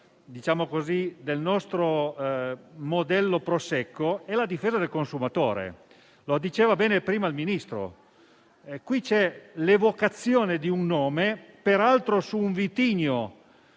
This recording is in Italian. difesa del nostro modello Prosecco, è la difesa del consumatore, come rilevato bene dal Ministro. C'è l'evocazione di un nome, peraltro su un vitigno